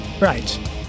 Right